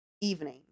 evening